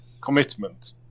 commitment